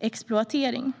exploatering.